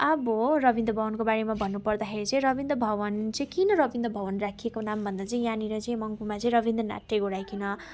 अब रविन्द्र भवनको बारेमा भन्नुपर्दाखेरि चाहिँ रविन्द्र भवन चाहिँ किन रविन्द्र भवन राखिएको नाम भन्दा चाहिँ यहाँनिर चाहिँ मङ्पुमा चाहिँ रविन्द्रनाथ टेगोर आइकन